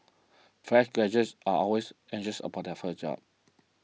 fresh graduates are always anxious about their first job